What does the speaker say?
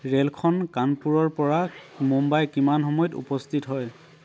ৰে'লখন কানপুৰৰ পৰা মুম্বাই কিমান সময়ত উপস্থিত হয়